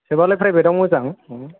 सोब्लालाय प्राइभेथाव मोजां